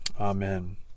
Amen